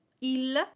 il